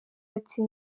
ati